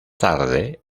tarde